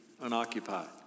unoccupied